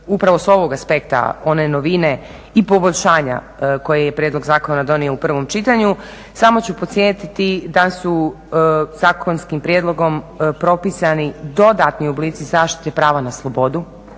upravo s ovog aspekta one novine i poboljšanja koje je prijedlog zakona donio u prvom čitanju samo ću podsjetiti da su zakonskim prijedlogom propisani dodatni oblici zaštite prava na slobodu